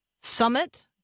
Summit